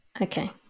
Okay